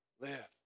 Live